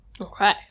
Okay